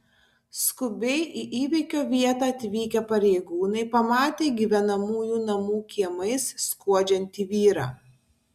skubiai į įvykio vietą atvykę pareigūnai pamatė gyvenamųjų namų kiemais skuodžiantį vyrą